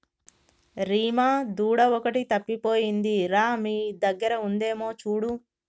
రీమా దూడ ఒకటి తప్పిపోయింది రా మీ దగ్గర ఉందేమో చూడు